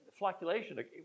flocculation